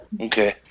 Okay